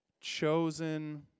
chosen